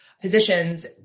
positions